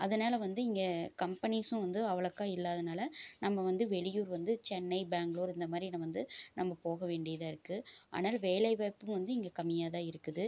அதனால் வந்து இங்கே கம்பனிஸும் வந்து அவ்வளோக்கா இல்லாதனால் நம்ம வந்து வெளியூர் வந்து சென்னை பெங்ளூர் இந்த மாதிரி வந்து நம்ம போக வேண்டியதாக இருக்குது அதனால் வேலைவாய்ப்பும் வந்து இங்கே கம்மியாக தான் இருக்குது